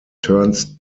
turns